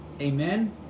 Amen